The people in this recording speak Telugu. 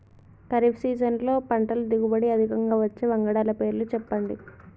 ఖరీఫ్ సీజన్లో పంటల దిగుబడి అధికంగా వచ్చే వంగడాల పేర్లు చెప్పండి?